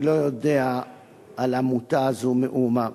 אני לא יודע על העמותה הזו מאומה,